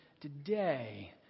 today